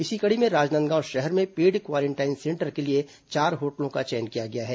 इसी कड़ी में राजनांदगांव शहर में पेड क्वारेंटाइन सेंटर के लिए चार होटलों का चयन किया गया है